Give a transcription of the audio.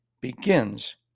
begins